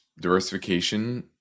diversification